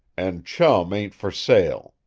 and chum ain't for sale.